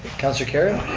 councilor kerrio?